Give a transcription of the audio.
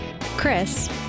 Chris